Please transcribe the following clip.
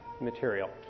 material